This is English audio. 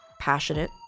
passionate